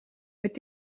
mit